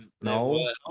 no